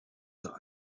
der